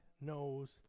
knows